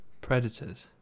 Predators